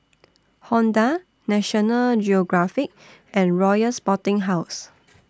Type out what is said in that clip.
Honda National Geographic and Royal Sporting House